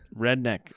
Redneck